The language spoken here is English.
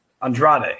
Andrade